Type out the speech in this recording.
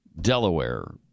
delaware